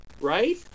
right